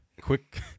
Quick